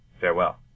Farewell